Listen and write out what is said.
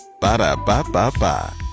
Ba-da-ba-ba-ba